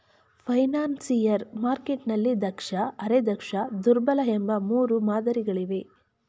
financial ಮಾರ್ಕೆಟ್ನಲ್ಲಿ ದಕ್ಷ, ಅರೆ ದಕ್ಷ, ದುರ್ಬಲ ಎಂಬ ಮೂರು ಮಾದರಿ ಗಳಿವೆ